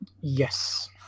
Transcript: Yes